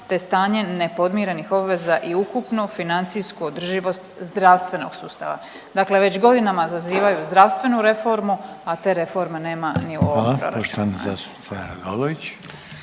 te stanje nepodmirenih obveza i ukupnu financijsku održivost zdravstvenog sustava. Dakle već godinama zazivaju zdravstvenu reformu, a te reforme nema ni u ovom proračunu. **Reiner, Željko